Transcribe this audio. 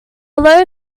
low